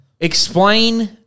Explain